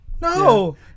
no